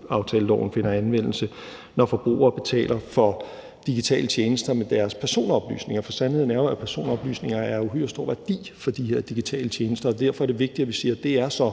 forbrugeraftaleloven finder anvendelse, når forbrugere betaler for digitale tjenester med deres personoplysninger. For sandheden er jo, at personoplysninger er af uhyre stor værdi for de her digitale tjenester, og derfor er det vigtigt, at vi siger, at det så